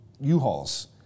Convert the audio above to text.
U-Hauls